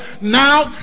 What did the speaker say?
Now